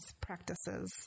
practices